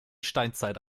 steinzeit